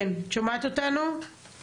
אני מבקשת לעבור לקרן דהרי ממשרד